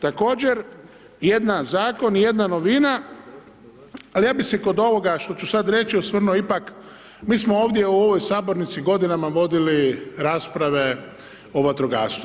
Također, jedan zakon, jedna novina, ali ja bi se kod ovoga što ću sada reći, osvrnuo ipak, mi smo ovdje u ovoj sabornici, godinama vodili rasprave o vatrogastvu.